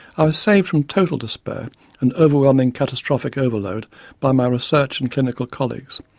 i was saved from total despair and overwhelming catastrophic overload by my research and clinical colleagues,